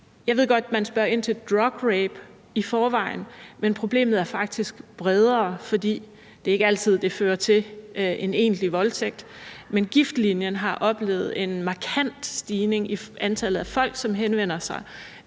man i forvejen spørger ind til drugrape, men problemet er faktisk bredere, for det er ikke altid, det fører til en egentlig voldtægt. Giftlinjen har oplevet en markant stigning i antallet af folk, som henvender sig